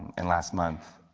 and last month,